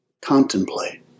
contemplate